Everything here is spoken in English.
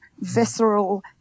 visceral